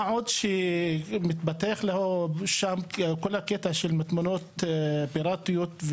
מה עוד שכל הקטע של מטמנות פירטיות,